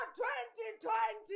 2020